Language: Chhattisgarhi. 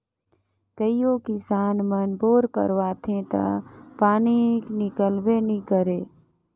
कइयो किसान मन बोर करवाथे ता पानी हिकलबे नी करे